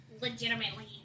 Legitimately